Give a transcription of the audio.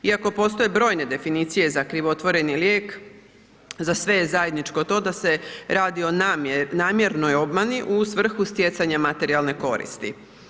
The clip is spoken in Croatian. Iako postoje brojne definicije za krivotvoreni lijek, za sve je zajedničko to da se radi o namjernoj obmani u svrhu stjecanja materijalne koristi.